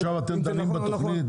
עכשיו אתם דנים בתוכנית,